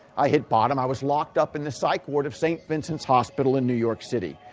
i hit bottom, i was locked up in the psyche ward of st vincents hospital in new york city.